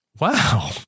Wow